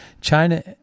China